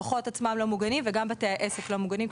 והלקוחות עצמם ובתי העסק לא מוגנים,